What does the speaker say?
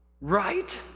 Right